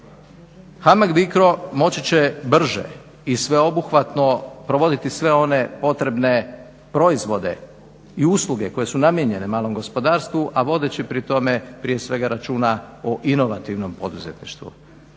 HAMAG BICRO moći će brže i sveobuhvatno provoditi sve one potrebne proizvode i usluge koje su namijenjene malom gospodarstvu a vodeći pri tome prije svega računa o inovativnom poduzetništvu.